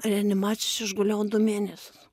reanimacijose aš gulėjau du mėnesius